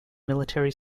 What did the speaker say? military